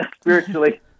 spiritually